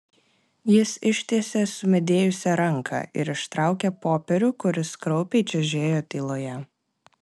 jis ištiesė sumedėjusią ranką ir ištraukė popierių kuris kraupiai čežėjo tyloje